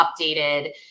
updated